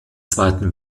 zweiten